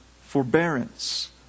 forbearance